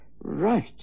right